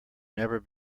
never